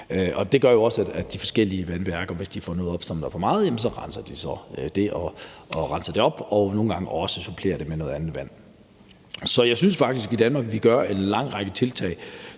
Det gør også, at de forskellige vandværker, hvis de får noget op, som der er for meget af, så renser det så op, og nogle gange supplerer de det også med noget andet vand. Så jeg synes faktisk, at vi i Danmark gør en lang række tiltag,